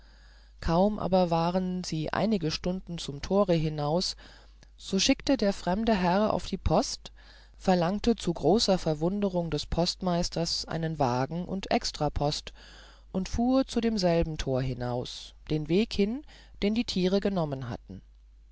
kaum aber waren sie einige stunden zum tore hinaus so schickte der fremde herr auf die post verlangte zu großer verwunderung des postmeisters einen wagen und extrapost und fuhr zu demselben tor hinaus den weg hin den die tiere genommen hatten